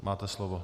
Máte slovo.